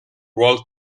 world